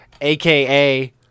AKA